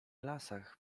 lasach